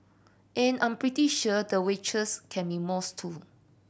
and I'm pretty sure the waitress can be moist too